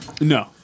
No